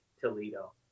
Toledo